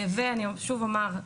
ואני שוב אומר,